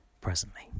presently